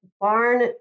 barn